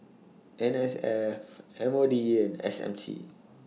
N S F M O D and S M C